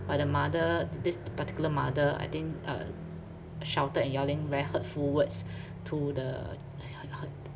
but the mother this particular mother I think uh shouted and yelling very hurtful words to the her